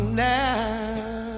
now